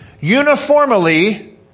uniformly